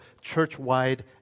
church-wide